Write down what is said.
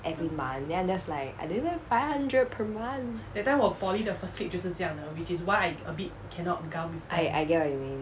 every month then I'm just like I don't even have five hundred per month I I get what you mean